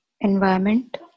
Environment